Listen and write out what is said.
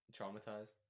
traumatized